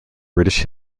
british